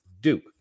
Duke